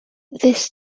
this